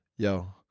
Yo